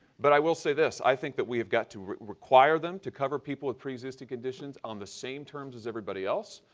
but i will say this. i think that we have got to require them to cover people with pre-existing conditions on the same terms as everybody else,